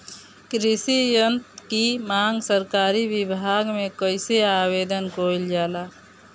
कृषि यत्र की मांग सरकरी विभाग में कइसे आवेदन कइल जाला?